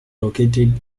located